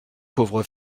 pauvres